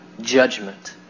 judgment